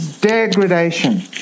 degradation